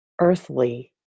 Earthly